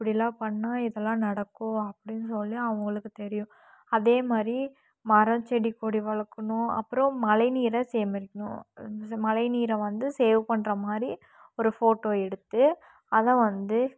இப்படிலாம் பண்ணால் இதெல்லாம் நடக்கும் அப்படினு சொல்லி அவங்களுக்கு தெரியும் அதேமாதிரி மரம் செடி கொடி வளர்க்கணும் அப்புறம் மழை நீரை சேகரிக்கணும் மழை நீரை வந்து சேவ் பண்றமாதிரி ஒரு ஃபோட்டோ எடுத்து அதைவந்து